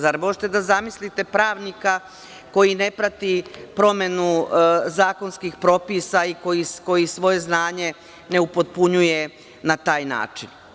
Zar možete da zamislite pravnika koji ne prati promenu zakonskih propisa i koji svoje znanje ne upotpunjuje na taj način?